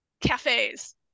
cafes